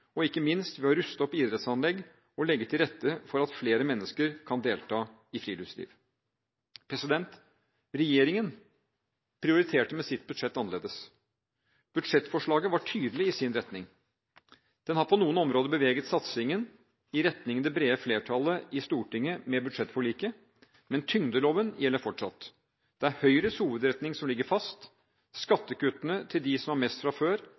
og ikke minst ved å ruste opp idrettsanlegg og legge til rette for at flere mennesker kan delta i friluftsliv. Regjeringen prioriterte med sitt budsjett annerledes. Budsjettforslaget var tydelig i sin retning. Den har med budsjettforliket på noen områder beveget satsingen i retning det brede flertallet i Stortinget. Men tyngdeloven gjelder fortsatt: Det er Høyres hovedretning som ligger fast, skattekuttene til dem som har mest fra før,